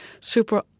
super